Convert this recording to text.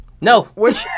No